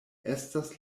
estas